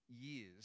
years